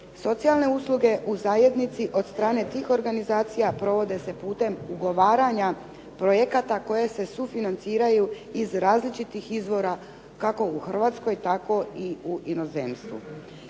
Socijalne usluge u zajednici od strane tih organizacija provode se putem ugovaranja projekata koje se sufinanciraju iz različitih izvora, kako u Hrvatskoj, tako i u inozemstvu.